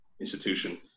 institution